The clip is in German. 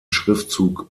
schriftzug